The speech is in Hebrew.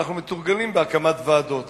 אנחנו מתורגלים בהקמת ועדות.